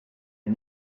est